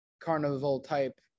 carnival-type